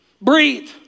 breathe